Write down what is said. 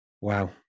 Wow